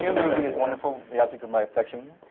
yeah movie is wonderful, the object of my affection.